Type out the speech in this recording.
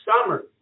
summer